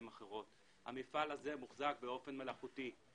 המפעל הזה מוחזק באופן מלאכותי.